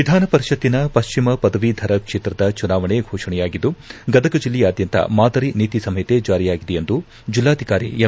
ವಿಧಾನ ಪರಿಷತ್ತಿನ ಪಶ್ಚಿಮ ಪದವೀಧರ ಕ್ಷೇತ್ರದ ಜುನಾವಣೆ ಘೋಷಣೆಯಾಗಿದ್ದು ಗದಗ ಜಿಲ್ಲೆಯಾದ್ಯಂತ ಮಾದರಿ ನೀತಿ ಸಂಹಿತೆ ಜಾರಿಯಾಗಿದೆ ಎಂದು ಜಿಲ್ಲಾಧಿಕಾರಿ ಎಂ